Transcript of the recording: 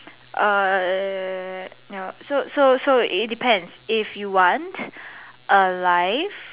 err no so so so it depend if you want alive